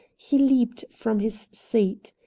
he leaped from his seat.